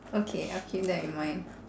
okay I'll keep that in mind